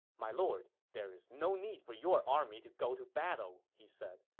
my lord, there is no need for your army to go to battle, he said.